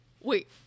wait